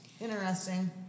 Interesting